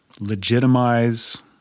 legitimize